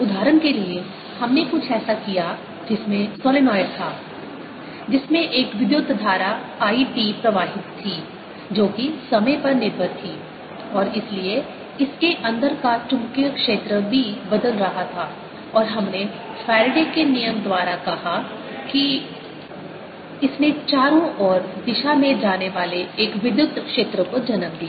उदाहरण के लिए हमने कुछ ऐसा किया जिसमें सोलनॉइड था जिसमें एक विद्युत धारा I t प्रवाहित थी जो कि समय पर निर्भर थी और इसलिए इसके अंदर का चुंबकीय क्षेत्र B बदल रहा था और हमने फैराडे के नियम द्वारा कहा कि इसने चारों ओर दिशा में जाने वाले एक विद्युत क्षेत्र को जन्म दिया